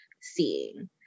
seeing